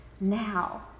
now